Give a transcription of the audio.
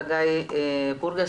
חגי פורגס,